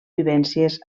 vivències